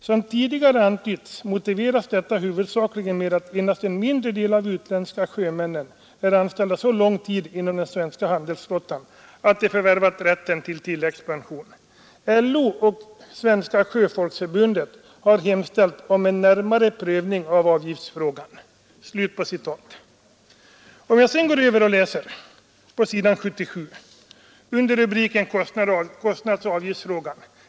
Som tidigare antytts motiveras detta huvudsakligen med att endast en mindre del av de utländska sjömännen är anställda så lång tid inom den svenska handelsflottan att de förvärvar rätt till tilläggspension. LO och Svenska sjöfolksförbundet har hemställt om en närmare prövning av avgiftsfrågan.” Låt mig sedan läsa från s. 77 i propositionen.